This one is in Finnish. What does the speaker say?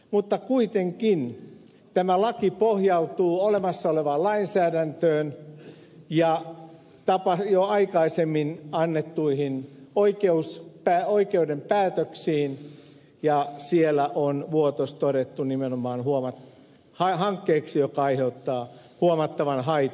mutta kuitenkin tämä laki pohjautuu olemassa olevaan lainsäädäntöön ja jo aikaisemmin annettuihin oikeuden päätöksiin ja siellä on vuotos todettu nimenomaan hankkeeksi joka aiheuttaa huomattavan haitan